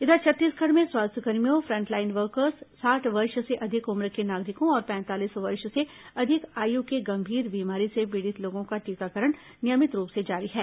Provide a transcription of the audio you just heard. इधर छत्तीसगढ़ में स्वास्थ्यकर्मियों फ्रंटलाइन वर्कर्स साठ वर्ष से अधिक उम्र के नागरिकों और पैंतालीस वर्ष से अधिक आयु के गंभीर बीमारी से पीड़ित लोगों का टीकाकरण नियमित रूप से जारी है